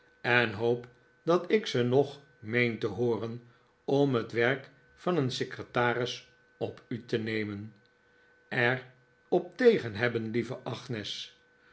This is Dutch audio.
en hoop dat ik ze nog meen te hooren om het werk van een secretaris op u te nemen er op tegen hebben lieve agnes